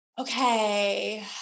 Okay